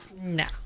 no